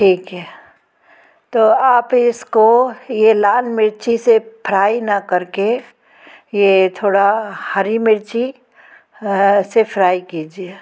ठीक है तो आप इसको ये लाल मिर्ची से फ्राइ ना कर के ये थोड़ा हरी मिर्ची ऐसे फ्राइ कीजिए